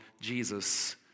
Jesus